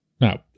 Now